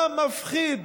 מה מפחיד